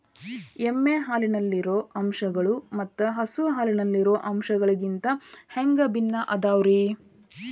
ಎಮ್ಮೆ ಹಾಲಿನಲ್ಲಿರೋ ಅಂಶಗಳು ಮತ್ತ ಹಸು ಹಾಲಿನಲ್ಲಿರೋ ಅಂಶಗಳಿಗಿಂತ ಹ್ಯಾಂಗ ಭಿನ್ನ ಅದಾವ್ರಿ?